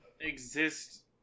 exist